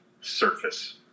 surface